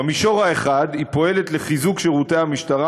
במישור האחד היא פועלת לחיזוק שירותי המשטרה